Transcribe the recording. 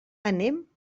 anem